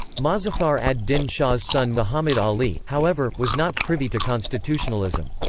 mozaffar ad-din shah's son muhammad ali, however, was not privy to constitutionalism.